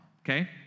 okay